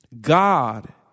God